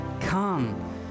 Come